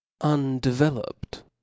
undeveloped